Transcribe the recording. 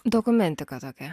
dokumentika tokia